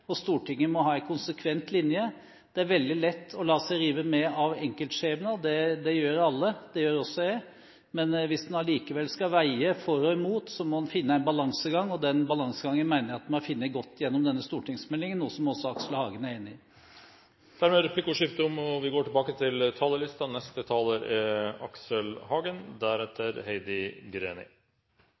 og Stortinget må ha en konsekvent linje. Det er veldig lett å la seg rive med av enkeltskjebner, det gjør alle, også jeg. Men hvis en allikevel skal veie for og imot, må en finne en balansegang, og den balansegangen mener jeg at vi har funnet godt med denne stortingsmeldingen, noe også Aksel Hagen er enig i. Dermed er replikkordskiftet omme. Takk til saksordføreren for svært solid arbeid, til storfraksjonen for krevende og viktige debatter og til komiteen for en ryddig prosess. Det er